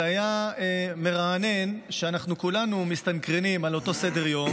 זה היה מרענן שכולנו מסתנכרנים על אותו סדר-יום,